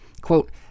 Quote